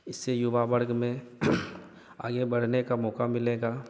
इससे युवा वर्ग में आगे बढ़ने का मौक़ा मिलेगा